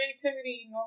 creativity